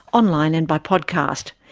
online and by podcast.